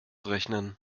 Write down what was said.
rechnen